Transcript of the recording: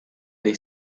dei